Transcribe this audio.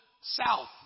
south